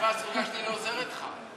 הכיפה הסרוגה שלי לא עוזרת לך.